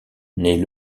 naît